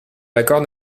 l’accord